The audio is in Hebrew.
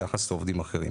ביחס לעובדים האחרים